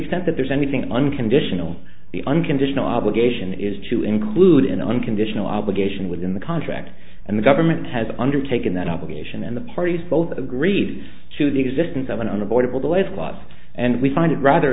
extent that there's anything unconditional the unconditional obligation is to include an unconditional obligation within the contract and the government has undertaken that obligation and the parties both agreed to the existence of an unavoidable delays was and we find it rather